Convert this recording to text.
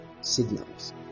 signals